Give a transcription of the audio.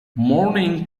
mourning